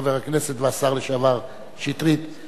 חבר הכנסת והשר לשעבר שטרית,